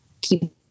Keep